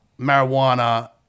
marijuana